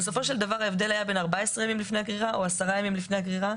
בסופו של דבר ההבדל היה בין 14 לבין 10 ימים לפני הגרירה.